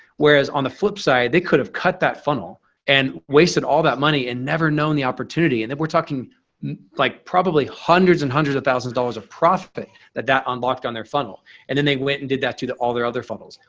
whereas on the flip side, they could have cut that funnel and wasted all that money and never known the opportunity. and then we're talking like probably hundreds and hundreds of thousands dollars of profit that that unblocked on their funnel. and then they went and did that to all their other funnels.